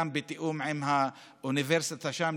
בתיאום עם האוניברסיטה שם,